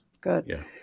Good